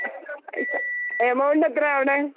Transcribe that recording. amount എത്രയാണ് അവിടെ